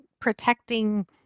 protecting